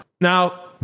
Now